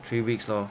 three weeks lor